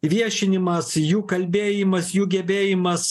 viešinimas jų kalbėjimas jų gebėjimas